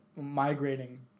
migrating